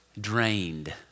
drained